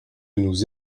nous